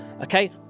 Okay